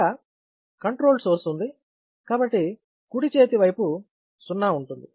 ఇక్కడ controlled source ఉంది కాబట్టి కుడి చేతి వైపు '0' ఉంటుంది